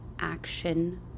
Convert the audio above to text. action